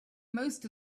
most